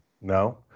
No